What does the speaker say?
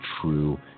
true